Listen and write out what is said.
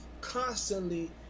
constantly